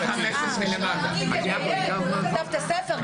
קרעי, תדייק הוא לא כתב את הספר.